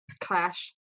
clash